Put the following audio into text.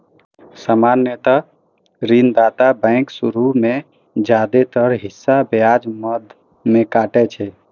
सामान्यतः ऋणदाता बैंक शुरू मे जादेतर हिस्सा ब्याज मद मे काटै छै